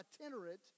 itinerant